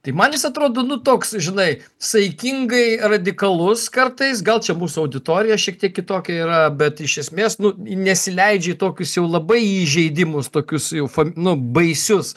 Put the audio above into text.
tai man jis atrodo nu toks žinai saikingai radikalus kartais gal čia mūsų auditorija šiek tiek kitokia yra bet iš esmės nu nesileidžia į tokius jau labai įžeidimus tokius jau fa nu baisius